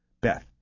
Beth